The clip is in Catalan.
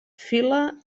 fila